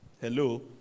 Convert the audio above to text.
Hello